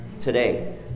Today